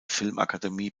filmakademie